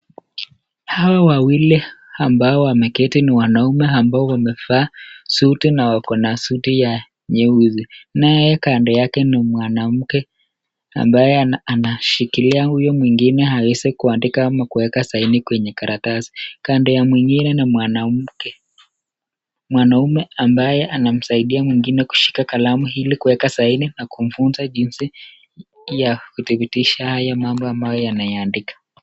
Hawa wawili ambao wameketii ni wanaume ambao wamevaa suti na wako na suti ya nyeusi. Naye kando yake ni mwanamke ambaye anashikilia huyu mwingine aweze kuandika ama kuweka saini kwenye karatasi. Kando ya mwingine ni mwanamke. Mwanamke ambaye anamsaidia mwingine kushika kalamu ili kuweka saini na kumfunza jinsi ya kudhibitisha haya mambo ambayo yanaandika.